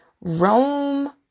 Rome